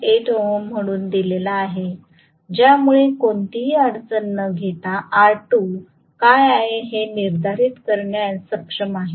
8 ohm म्हणून दिलेला आहे ज्यामुळे मी कोणतीही अडचण न घेता R2 काय आहे हे निर्धारित करण्यास सक्षम आहे